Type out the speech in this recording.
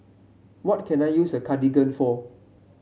what can I use Cartigain for